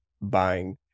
buying